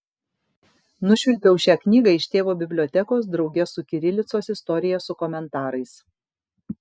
nušvilpiau šią knygą iš tėvo bibliotekos drauge su kirilicos istorija su komentarais